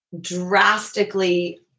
drastically